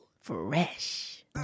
Fresh